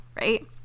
right